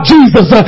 Jesus